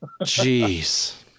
Jeez